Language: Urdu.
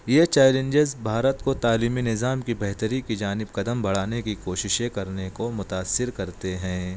یہ چیلینجیز بھارت کو تعلیمی نظام کی بہتری کی جانب قدم بڑھانے کی کوششیں کرنے کو متاثر کرتے ہیں